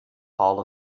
all